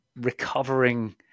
recovering